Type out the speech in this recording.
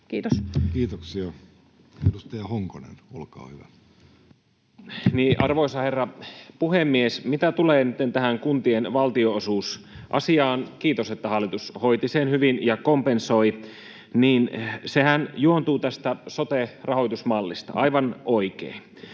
Time: 14:34 Content: Arvoisa herra puhemies! Mitä tulee nytten tähän kuntien valtionosuusasiaan — kiitos, että hallitus hoiti sen hyvin ja kompensoi — niin sehän juontuu tästä sote-rahoitusmallista, aivan oikein.